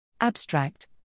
Abstract